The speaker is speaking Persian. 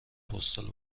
پستال